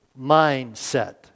mindset